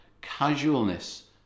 Casualness